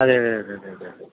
അതെ അതെ അതെ അതെ അതെ അതെ